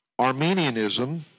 Armenianism